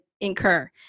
incur